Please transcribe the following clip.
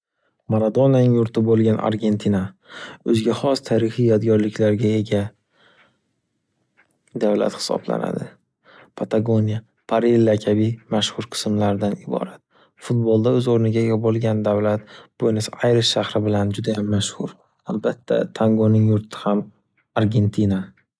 Maradonaning yurti bo’lgan Argentina. O’ziga xos yodgorliklarga ega davlat hisoblanadi. Patogoniya, Parella kabi mashxur qismlardan iborat. Futbolda o’z o’rniga ega bo’lgan davlat Buenes Aeres shahri bilan judayam mashxur. Albatta tangoning yurti ham Argentina.